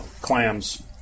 clams